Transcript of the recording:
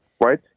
right